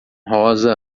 rosa